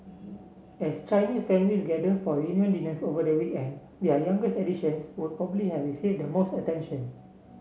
as Chinese families gathered for reunion dinners over the weekend their youngest additions would probably have received the most attention